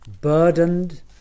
Burdened